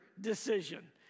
decision